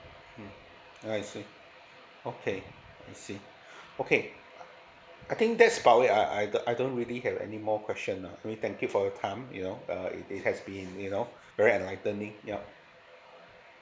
mm ah I see okay I see okay I think that's about it I I I don't really have any more question lah I mean thank you for your time you know uh it has been you know very enlightening yup